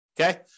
Okay